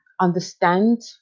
understand